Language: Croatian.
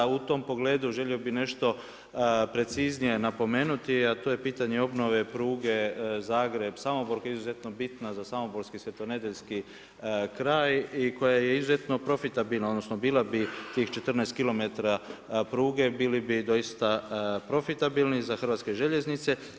U tom pogledu želio bih nešto preciznije napomenuti, a to je pitanje obnove pruge Zagreb – Samobor koja je izuzetno bitna za samoborski, svetonedeljski kraj i koja je izuzetno profitabilna, odnosno bila bi tih 14 km pruge bili bi doista profitabilni za Hrvatske željeznice.